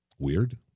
weird